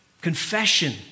Confession